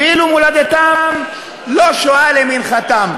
ואילו מולדתם לא שועה למנחתם,